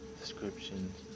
descriptions